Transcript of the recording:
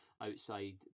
outside